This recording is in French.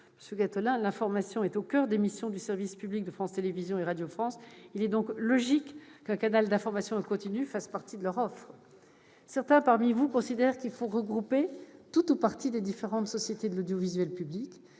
Monsieur Gattolin, l'information est au coeur des missions de service public de France Télévisions et de Radio France : il est donc logique qu'un canal d'information en continu fasse partie de leur offre. Certains parmi vous considèrent qu'il faut regrouper tout ou partie des différentes sociétés de l'audiovisuel public.